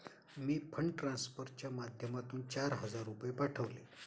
मी fund ट्रान्सफरच्या माध्यमातून चार हजार रुपये पाठवले